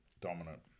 dominant